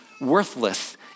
worthless